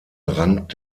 rand